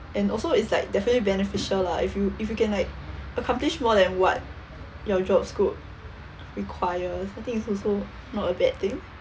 and also it's like definitely beneficial lah if you if you can like accomplish more than what your job scope requires I think it's also not a bad thing